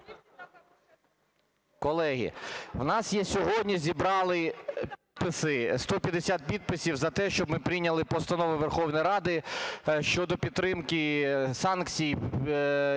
Колеги, у нас є сьогодні, зібрали підписи 150 підписів за те, щоб ми прийняли постанову Верховної Ради щодо підтримки санкцій